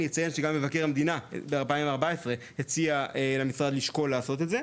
אני אציין שגם מבקר המדינה בשנת 2014 הציע למשרד לשקול לעשות את זה,